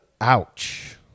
ouch